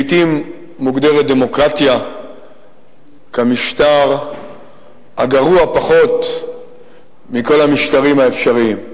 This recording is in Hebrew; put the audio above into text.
לעתים מוגדרת דמוקרטיה כמשטר הגרוע פחות מכל המשטרים האפשריים.